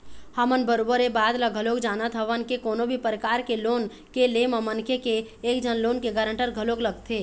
हमन बरोबर ऐ बात ल घलोक जानत हवन के कोनो भी परकार के लोन के ले म मनखे के एक झन लोन के गारंटर घलोक लगथे